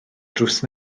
drws